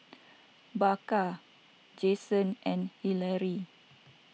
Baker Jensen and Hillary